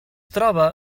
troba